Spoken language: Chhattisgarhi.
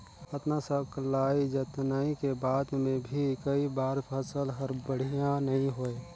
अतना सकलई जतनई के बाद मे भी कई बार फसल हर बड़िया नइ होए